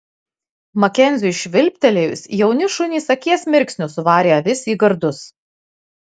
makenziui švilptelėjus jauni šunys akies mirksniu suvarė avis į gardus